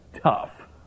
tough